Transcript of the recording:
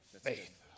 Faith